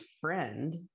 friend